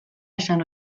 esan